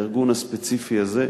הארגון הספציפי הזה,